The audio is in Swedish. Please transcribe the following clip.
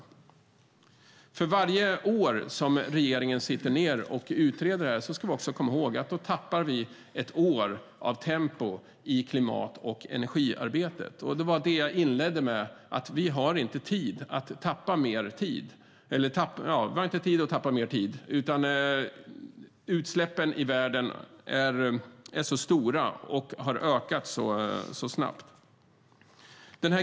Vi ska komma ihåg att för varje år som regeringen sitter ned och utreder detta tappar vi ett år av tempo i klimat och energiarbetet. Som jag inledde med att säga har vi inte tid att tappa mer tid, för utsläppen i världen är så stora och har ökat så snabbt.